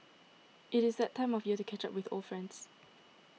it is that time of year to catch up with old friends